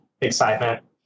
excitement